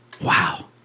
Wow